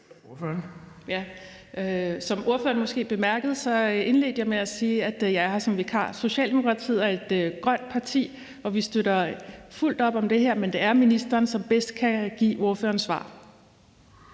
Scavenius måske bemærkede, indledte jeg med at sige, at jeg er her som vikar. Socialdemokratiet er et grønt parti, og vi støtter fuldt op om det her, men det er ministeren, som bedst kan give ordføreren svar.